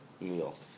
meal